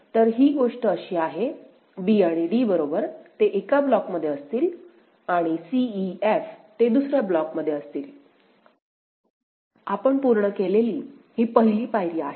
तर ही गोष्ट अशी आहे b आणि d बरोबर ते एका ब्लॉकमध्ये असतील आणि c e f ते दुसर्या ब्लॉकमध्ये असतील आपण पूर्ण केलेली ही पहिली पायरी आहे